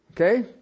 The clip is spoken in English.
Okay